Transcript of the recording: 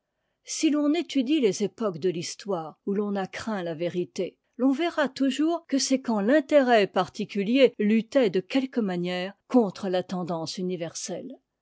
si l'on étudie les époques de l'histoire où l'on a craint la vérité l'on verra toujours que c'est quand l'intérêt particulier luttait de quelque manière contre la tendance universelle